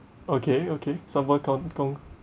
okay okay sambal kangkong